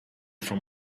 from